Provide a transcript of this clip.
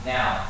Now